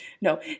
no